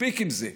מספיק עם זה.